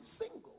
single